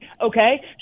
okay